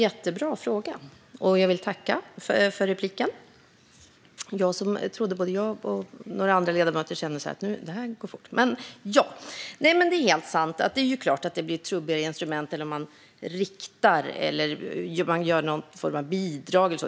Herr talman! Jättebra fråga, ledamoten! Jag vill tacka för repliken. Det är helt sant att det blir ett trubbigare instrument än när man riktar eller ger någon form av bidrag.